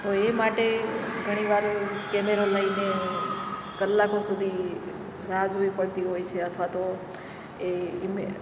તો એ માટે ઘણીવાર કેમેરો લઈને કલાકો સુધી રાહ જોવી પડતી હોય છે અથવા તો એ